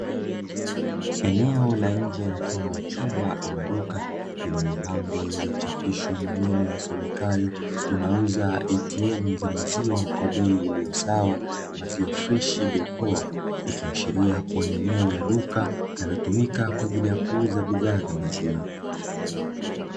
Eneo la nje mfano wa chumba ama duka lenye mabango yaliyochapishwa maandishi yasomekayo "tunauza ATM za maziwa kwa Bei iliyo kuwa sawa, maziwa freshi Bei poa"ikiashiria kuwa ni eneo la duka linalotumika kuuzia bidhaa za maziwa.